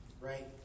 right